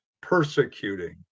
persecuting